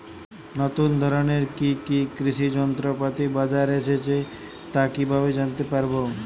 নতুন ধরনের কি কি কৃষি যন্ত্রপাতি বাজারে এসেছে তা কিভাবে জানতেপারব?